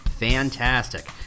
Fantastic